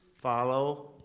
Follow